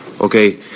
Okay